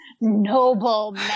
noble